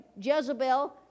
Jezebel